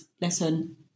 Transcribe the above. lesson